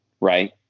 right